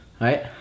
right